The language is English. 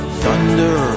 thunder